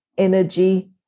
energy